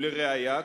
ולראיה,